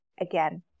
again